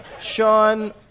Sean